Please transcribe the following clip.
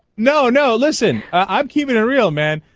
no no that's in i'd keep derailment